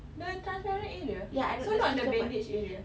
the transparent area so not the bandage area